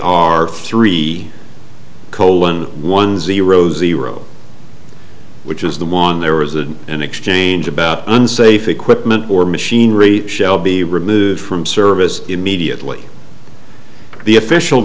our three coal one one zero zero which is the one there was a an exchange about unsafe equipment or machinery shall be removed from service immediately the official